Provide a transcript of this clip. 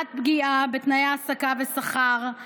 עד כדי פגיעה בתנאי ההעסקה והשכר,